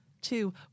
two